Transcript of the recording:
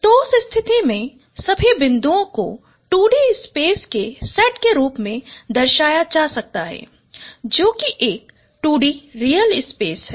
तो उस स्थिति में सभी बिंदुओं को 2D स्पेस के सेट के रूप में दर्शाया जा सकता है जो कि एक 2D रियल स्पेस है